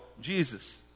jesus